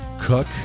Cook